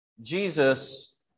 Jesus